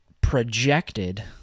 projected